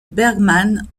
bergmann